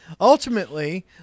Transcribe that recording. Ultimately